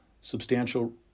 substantial